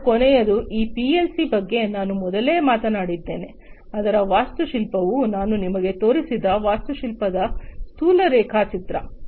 ಮತ್ತು ಕೊನೆಯದು ಈ ಪಿಎಲ್ಸಿ ಬಗ್ಗೆ ನಾನು ಮೊದಲೇ ಮಾತನಾಡಿದ್ದೇನೆ ಅದರ ವಾಸ್ತುಶಿಲ್ಪವು ನಾನು ನಿಮಗೆ ತೋರಿಸಿದ ವಾಸ್ತುಶಿಲ್ಪದ ಸ್ಥೂಲ ರೇಖಾಚಿತ್ರ